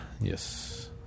Yes